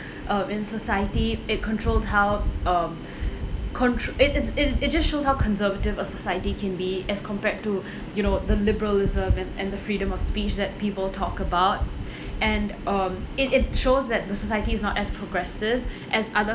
um in society it controlled how um control it it's it it just shows how conservative a society can be as compared to you know the liberalism and and the freedom of speech that people talk about and um it it shows that the society is not as progressive as other